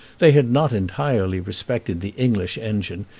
they had not entirely respected the english engine,